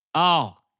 oh.